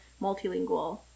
multilingual